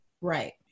Right